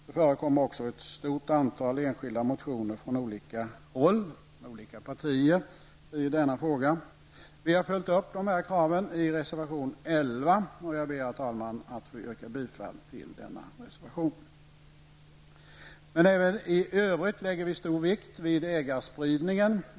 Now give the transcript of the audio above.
Det förekommer också ett stort antal enskilda motioner från olika partier i denna fråga. Vi har följt upp dessa krav i reservation 11, vilken jag, herr talman, ber att få yrka bifall till. Även i övrigt lägger vi stor vikt vid ägarspridningen.